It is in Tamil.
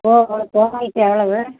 கோ கோன் ஐஸு எவ்வளவு